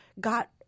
got –